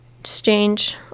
exchange